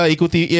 Ikuti